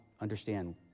understand